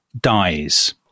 dies